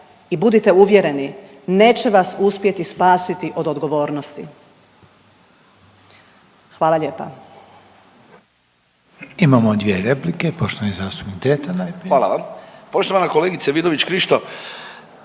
i budite uvjereni neće vas uspjeti spasiti od odgovornosti. Hvala lijepa.